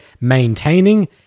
maintaining